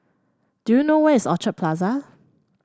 do you know where is Orchard Plaza